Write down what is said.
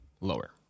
lower